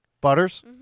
Butters